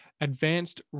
Advanced